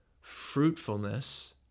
fruitfulness